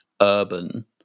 urban